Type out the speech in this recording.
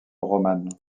romanes